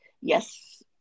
yes